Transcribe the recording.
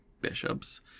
bishops